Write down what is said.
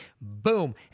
Boom